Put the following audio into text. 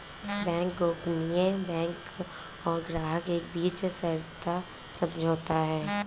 bank गोपनीयता bank और ग्राहक के बीच सशर्त समझौता है